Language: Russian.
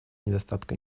недостатка